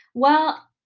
well,